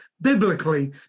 biblically